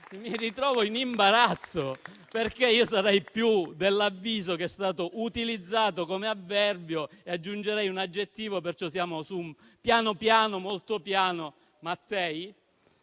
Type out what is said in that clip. veramente in imbarazzo, perché sarei più dell'avviso che sia stato utilizzato come avverbio e aggiungerei un aggettivo, della serie: piano piano, molto piano, Mattei.